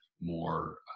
more